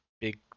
big